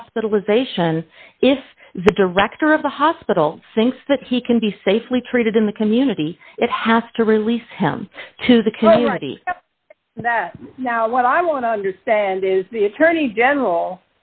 hospitalization if the director of the hospital thinks that he can be safely treated in the community it has to release him to the community that now what i want to understand is the attorney general